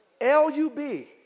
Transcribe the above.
L-U-B